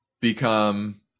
become